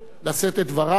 לשאת את דבריו.